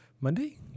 Monday